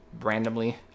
randomly